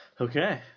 Okay